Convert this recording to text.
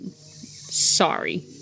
Sorry